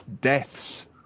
deaths